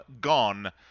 gone